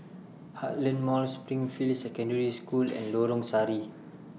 Heartland Mall Springfield Secondary School and Lorong Sari